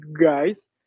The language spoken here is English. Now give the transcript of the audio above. guys